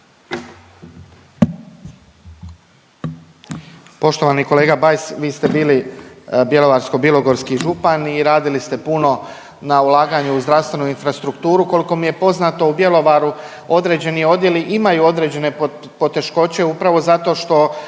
Poštovani kolega Bajs, vi ste bili Bjelovarsko-bilogorski župan i radili ste puno na ulaganju u zdravstvenu infrastrukturu. Kolko mi je poznato u Bjelovaru određeni odjeli imaju određene poteškoće upravo zato što